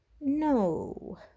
no